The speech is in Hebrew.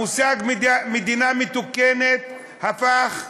המושג מדינה מתוקנת הפך להיות,